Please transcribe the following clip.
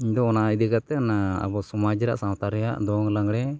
ᱤᱧ ᱫᱚ ᱚᱱᱟ ᱤᱫᱤ ᱠᱟᱛᱮ ᱚᱱᱟ ᱟᱵᱚ ᱥᱚᱢᱟᱡᱽ ᱨᱮᱭᱟᱜ ᱥᱟᱶᱛᱟ ᱨᱮᱭᱟᱜ ᱫᱚᱝ ᱞᱟᱸᱜᱽᱲᱮ